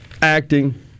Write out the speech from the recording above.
Acting